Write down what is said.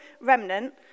remnant